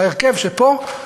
בהרכב שפה,